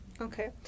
Okay